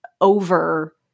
over